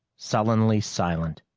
sullenly silent.